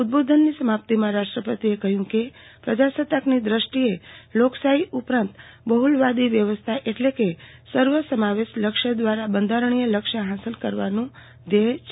ઉદ્બોધનની સમાપ્તિમાં રાષ્ટ્રપતિએ કહ્યું કે પ્રજાસત્તાકની દ્રષ્ટિએ લોકશાહી ઉપરાંત બહુલવાદી વ્યવસ્થા એટલે કે સર્વસમાવેશ લક્ષ્ય દ્વારા બંધારણીય લક્ષ્ય હાંસલ કરવાનું ધ્યેય છે